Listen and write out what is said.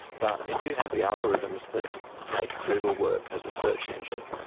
but if you have the algorithms that make google work as a search engine,